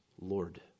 Lord